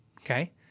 okay